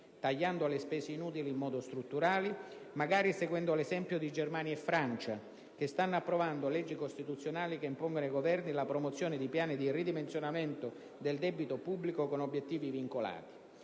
tagliando le spese inutili in modo strutturale, magari seguendo l'esempio di Germania e Francia, che stanno approvando leggi costituzionali che impongono ai Governi la promozione di piani di ridimensionamento del debito pubblico con obiettivi vincolanti.